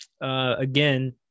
Again